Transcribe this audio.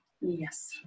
Yes